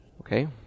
okay